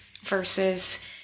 versus